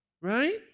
right